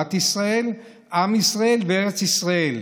תורת ישראל, עם ישראל וארץ ישראל.